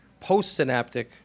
postsynaptic